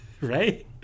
Right